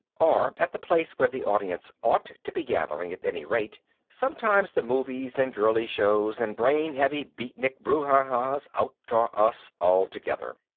or at the place where the audience ought to be gathering, at any rate sometimes the movies and girlie shows and brainheavy beatnik bruhahas outdraw us altogether.